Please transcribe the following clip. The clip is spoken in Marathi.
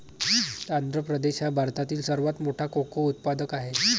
आंध्र प्रदेश हा भारतातील सर्वात मोठा कोको उत्पादक आहे